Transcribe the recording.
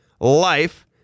life